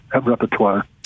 repertoire